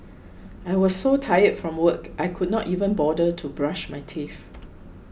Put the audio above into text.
I was so tired from work I could not even bother to brush my teeth